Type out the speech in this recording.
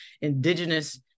indigenous